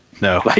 No